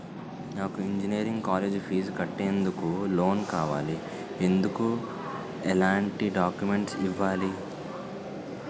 నాకు engineering college fees కట్టేందుకు loan కావాలి, ఎందుకు ఎలాంటి డాక్యుమెంట్స్ ఇవ్వాలి?